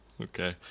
Okay